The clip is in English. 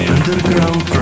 Underground